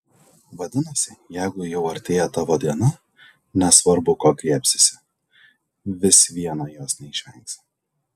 vadinasi jeigu jau artėja tavo diena nesvarbu ko griebsiesi vis viena jos neišvengsi